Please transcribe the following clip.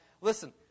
Listen